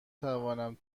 توانم